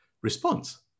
response